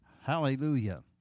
Hallelujah